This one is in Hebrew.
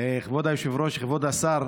כבוד היושב-ראש, כבוד השר,